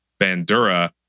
Bandura